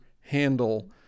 handle